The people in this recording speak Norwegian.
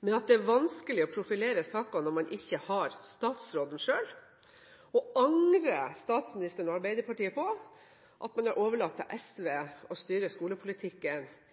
med at det er vanskelig å profilere saker når man ikke har statsråden selv? Angrer statsministeren og Arbeiderpartiet på at man har overlatt til SV å styre skolepolitikken